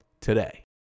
today